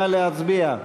נא להצביע.